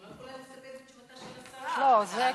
ועדה.